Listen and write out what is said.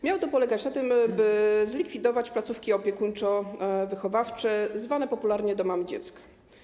Miało to polegać na tym, by zlikwidować placówki opiekuńczo-wychowawcze zwane popularnie domami dziecka.